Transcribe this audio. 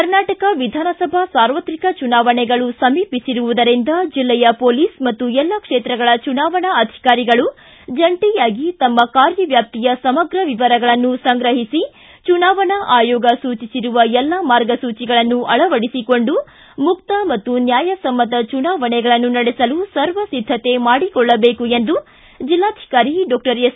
ಕರ್ನಾಟಕ ವಿಧಾನಸಭಾ ಸಾರ್ವತ್ರಿಕ ಚುನಾವಣೆಗಳು ಸಮೀಪಿಸಿರುವದರಿಂದ ಜಿಲ್ಲೆಯ ಮೊಲೀಸ್ ಮತ್ತು ಎಲ್ಲ ಕ್ಷೇತ್ರಗಳ ಚುನಾವಣಾ ಅಧಿಕಾರಿಗಳು ಜಂಟಿಯಾಗಿ ತಮ್ಮ ಕಾರ್ಯವ್ಯಾಪ್ತಿಯ ಸಮಗ್ರ ವಿವರಗಳನ್ನು ಸಂಗ್ರಹಿಸಿ ಚುನಾವಣಾ ಆಯೋಗ ಸೂಚಿಸಿರುವ ಎಲ್ಲಾ ಮಾರ್ಗಸೂಚಿಗಳನ್ನು ಅಳವಡಿಸಿಕೊಂಡು ಮುಕ್ತ ಮತ್ತು ನ್ಯಾಯಸಮ್ಮತ ಚುನಾವಣೆಗಳನ್ನು ನಡೆಸಲು ಸರ್ವ ಸಿದ್ಧತೆ ಮಾಡಿಕೊಳ್ಳಬೇಕು ಎಂದು ಜಿಲ್ಲಾಧಿಕಾರಿ ಡಾಕ್ಟರ್ ಎಸ್